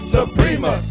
Suprema